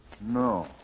No